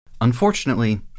Unfortunately